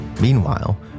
Meanwhile